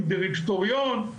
עם דירקטוריון,